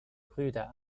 brüder